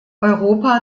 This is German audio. europa